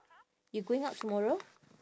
you going out tomorrow